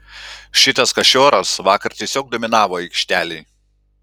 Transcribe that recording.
šitas kašioras vakar tiesiog dominavo aikštelėj